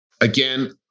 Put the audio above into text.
again